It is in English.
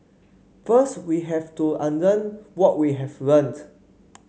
first we have to unlearn what we have learnt